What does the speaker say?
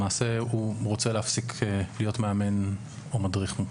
למעשה, הוא רוצה להפסיק להיות מאמן או מדריך.